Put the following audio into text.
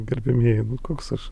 gerbiamieji nu koks aš